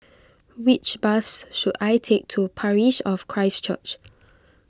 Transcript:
which bus should I take to Parish of Christ Church